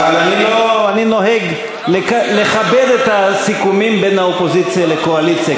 אבל אני נוהג לכבד את הסיכומים בין האופוזיציה לקואליציה.